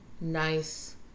nice